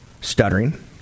stuttering